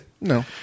No